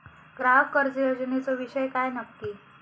ग्राहक कर्ज योजनेचो विषय काय नक्की?